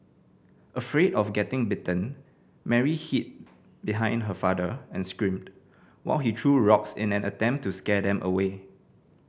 afraid of getting bitten Mary hid behind her father and screamed while he threw rocks in an attempt to scare them away